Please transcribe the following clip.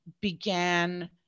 began